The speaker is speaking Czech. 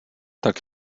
tak